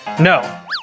No